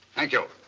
thank you.